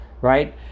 right